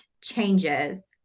changes